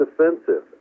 defensive